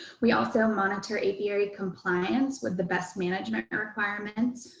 we also monitor apiary compliance with the best management and requirements,